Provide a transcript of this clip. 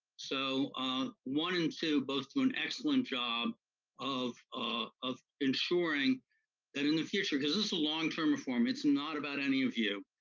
so one and two both do an excellent job of ah of ensuring that in the future, cause this is a long-term reform, it's not about any of you,